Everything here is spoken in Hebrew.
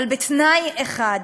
אבל בתנאי אחד: